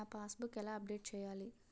నా passbook ఎలా update చేయాలి?